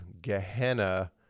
Gehenna